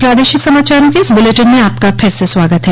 प्रादेशिक समाचारों के इस बुलेटिन में आपका फिर से स्वागत है